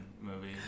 movie